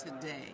today